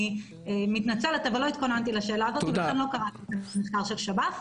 אני מתנצלת אבל לא התכוננתי לשאלה הזאת ולכן לא קראתי את המחקר של שב"ס,